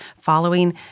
following